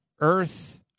earth